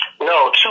No